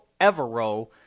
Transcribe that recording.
Evero